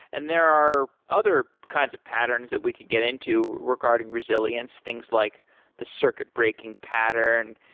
and there are other kinds of patterns that we could get into regarding resilience, things like the circuit breaking pattern.